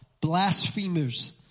blasphemers